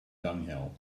dunghill